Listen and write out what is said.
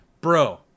bro